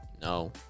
No